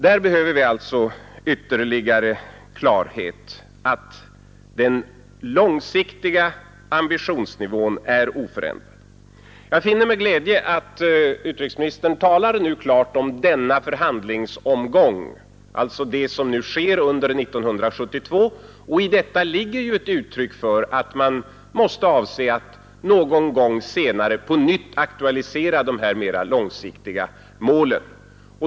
Vi behöver alltså få ytterligare klarhet i frågan om den långsiktiga ambitionsnivån är oförändrad. Jag finner med glädje att utrikesministern nu klart talar om ”denna förhandlingsomgång” när det gäller det som sker under 1972. Detta måste vara ett uttryck för att man avser att vid något senare tillfälle på nytt aktualisera de mera långsiktiga målen.